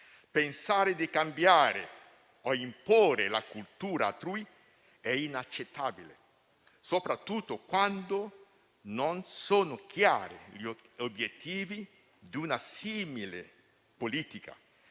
Pensare di cambiare o imporre la cultura altrui è inaccettabile, soprattutto quando non sono chiari gli obiettivi di una simile politica,